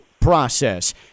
process